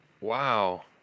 Wow